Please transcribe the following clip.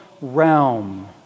realm